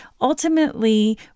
ultimately